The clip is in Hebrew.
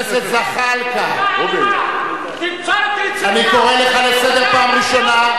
חבר הכנסת זחאלקה, אני קורא אותך לסדר פעם ראשונה.